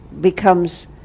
becomes